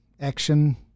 action